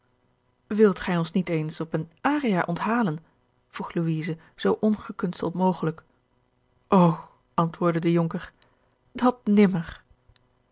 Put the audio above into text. wilt gij ons niet eens op eene aria onthalen vroeg louise zoo ongekunsteld mogelijk o antwoordde de jonker dat nimmer